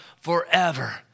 forever